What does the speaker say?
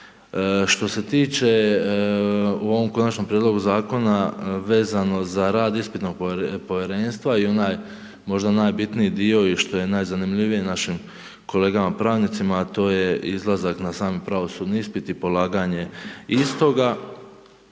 Što se tiče u ovom konačnom prijedlogu zakona vezano za rad ispitnog povjerenstva i onaj možda najbitniji dio i što je najzanimljivije našim kolegama pravnicima a to je izlazak na sam pravosudni ispit i polaganje istoga,